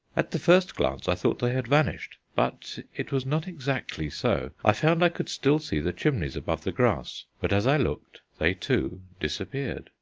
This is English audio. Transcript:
at the first glance i thought they had vanished, but it was not exactly so. i found i could still see the chimneys above the grass, but as i looked they too disappeared.